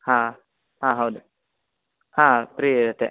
ಹಾಂ ಹಾಂ ಹೌದು ಹಾಂ ಪ್ರೀ ಇರುತ್ತೆ